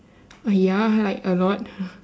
oh ya like a lot